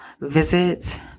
visit